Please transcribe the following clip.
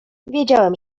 wiedziałem